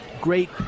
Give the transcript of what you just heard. Great